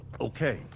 Okay